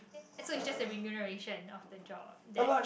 so it's just the remuneration of the job that